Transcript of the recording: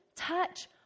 Touch